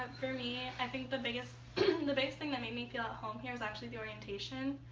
ah for me, i think the biggest the biggest thing that made me feel at home here was actually the orientation.